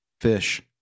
Fish